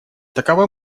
такова